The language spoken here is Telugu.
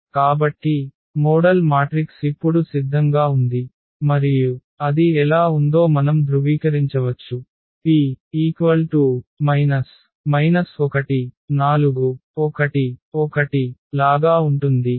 కాబట్టి మోడల్ మాట్రిక్స్ ఇప్పుడు సిద్ధంగా ఉంది మరియు అది ఎలా ఉందో మనం ధృవీకరించవచ్చు P 1 4 1 1 లాగా ఉంటుంది